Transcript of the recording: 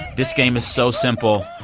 this game is so simple.